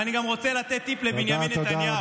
ואני גם רוצה לתת טיפ לבנימין נתניהו.